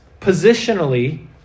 Positionally